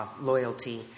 loyalty